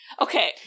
Okay